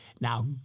Now